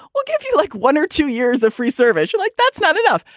we'll give you like one or two years of free service, like, that's not enough.